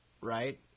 right